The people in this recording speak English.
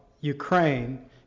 Ukraine